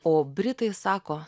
o britai sako